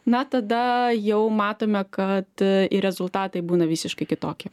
na tada jau matome kad ir rezultatai būna visiškai kitokie